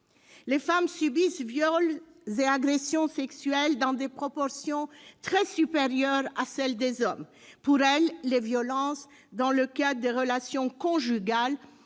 Les femmes subissent viols et agressions sexuelles dans de bien plus grandes proportions que les hommes. Pour elles, les violences dans le cadre des relations conjugales